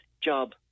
job